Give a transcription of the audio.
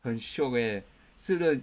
很 shiok eh 吃的